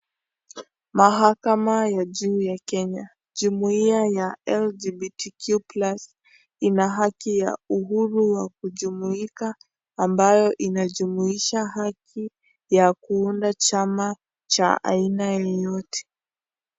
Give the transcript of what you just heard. Mahakama ya juu ya kenya jumuiya ya lgbtq+ ina haki ya uhuru ya kujumuika ambayo inajumuisha haki ya kuunda chama cha aina yoyote.